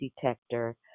detector